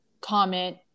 comment